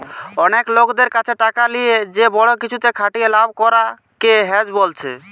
অনেক লোকদের কাছে টাকা লিয়ে যে বড়ো কিছুতে খাটিয়ে লাভ করা কে হেজ বোলছে